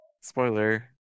spoiler